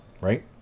Right